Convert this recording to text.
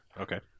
Okay